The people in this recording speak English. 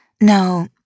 No